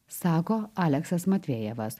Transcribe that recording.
sako aleksas matvejevas